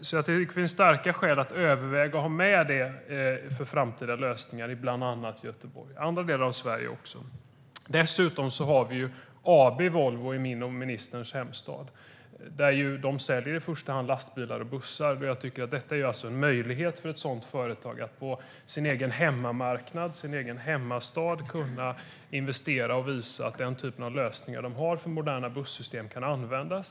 Jag tycker därför att det finns starka skäl att överväga att ha med detta i framtida lösningar för bland annat Göteborg. Det gäller andra delar av Sverige också. Dessutom har vi AB Volvo i min och ministerns hemstad. De säljer ju i första hand lastbilar och bussar, och jag tycker att detta är en möjlighet för ett sådant företag att på sin egen hemmamarknad - i sin egen hemstad - investera och visa att den typen av lösningar de har för moderna busssystem kan användas.